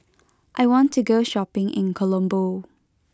I want to go shopping in Colombo